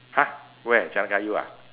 !huh! where jalan kayu ah